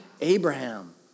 Abraham